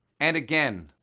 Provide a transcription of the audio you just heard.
and again,